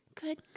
Good